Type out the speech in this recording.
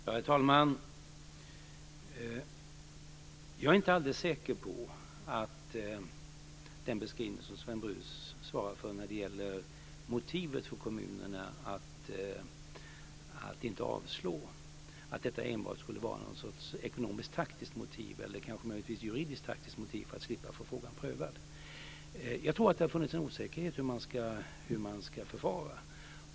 Herr talman! Jag är inte alldeles säker på att Sven Brus beskrivning av kommunernas motiv att inte avslå stämmer, dvs. att detta enbart skulle vara någon sorts ekonomiskt-taktiskt, eller möjligtvis juridiskttaktiskt, motiv för att slippa få frågan prövad. Jag tror att det har funnits en osäkerhet kring hur man ska förfara.